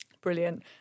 Brilliant